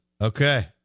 Okay